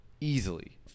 easily